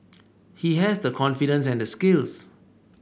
he has the confidence and the skills